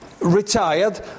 retired